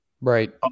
right